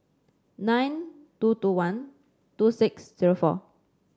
nine two two one two six zero four